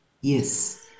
Yes